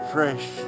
Fresh